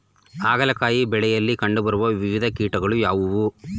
ಹಾಗಲಕಾಯಿ ಬೆಳೆಯಲ್ಲಿ ಕಂಡು ಬರುವ ವಿವಿಧ ಕೀಟಗಳು ಯಾವುವು?